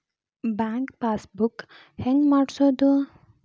Bank passbook ಹೆಂಗ್ ಮಾಡ್ಸೋದು?